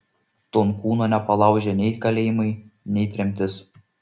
tonkūno nepalaužė nei kalėjimai nei tremtis